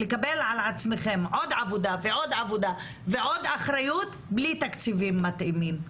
לקבל על עצמכן עוד עבודה ועוד עבודה ועוד אחריות בלי תקציבים מתאימים.